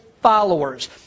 followers